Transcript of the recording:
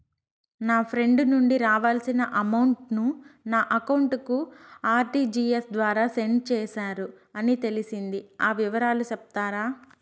నా ఫ్రెండ్ నుండి రావాల్సిన అమౌంట్ ను నా అకౌంట్ కు ఆర్టిజియస్ ద్వారా సెండ్ చేశారు అని తెలిసింది, ఆ వివరాలు సెప్తారా?